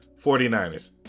49ers